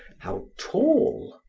how tall?